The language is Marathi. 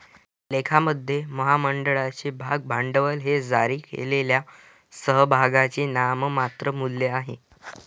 लेखामध्ये, महामंडळाचे भाग भांडवल हे जारी केलेल्या समभागांचे नाममात्र मूल्य आहे